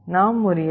நாம் ஒரு எல்